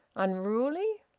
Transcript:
unruly?